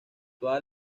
toda